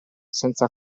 senza